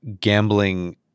gambling